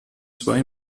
zwei